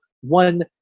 one